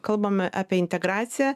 kalbame apie integraciją